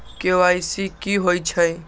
KYC कि होई छई?